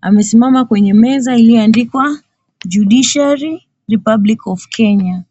amesimama kwenye meza iliyoandikwa judiciary republic of Kenya